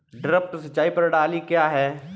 Drip सिंचाई प्रणाली क्या है?